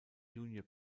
junior